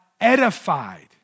edified